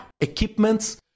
equipments